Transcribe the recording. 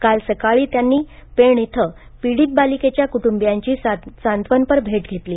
काल सकाळी त्यांनी पेण इथे पीडित बालिकेच्या क्ट्ंबियांची सांत्वनपर भेट घेतली